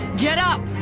get up!